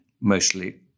mostly